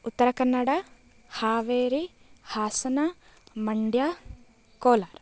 Uttara Kannada Haveri Hassan Mandya Kolar